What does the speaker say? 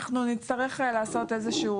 כי יש דברים שנפתרים עוד בשלב